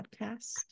podcast